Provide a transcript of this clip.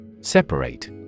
Separate